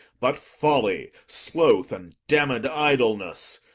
but folly, sloth, and damned idleness,